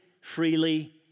freely